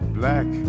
black